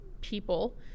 people